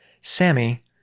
Sammy